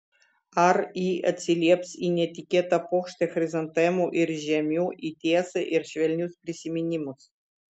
ar ji atsilieps į netikėtą puokštę chrizantemų ir žiemių į tiesą ir švelnius prisiminimus